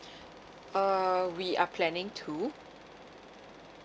uh we are planning to